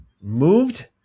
moved